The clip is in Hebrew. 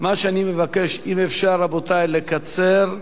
מה שאני מבקש, אם אפשר, רבותי, לקצר,